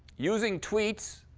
using tweets,